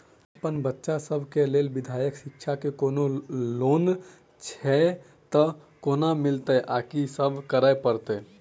अप्पन बच्चा सब केँ लैल विधालय शिक्षा केँ कोनों लोन छैय तऽ कोना मिलतय आ की सब करै पड़तय